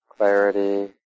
Clarity